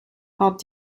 hat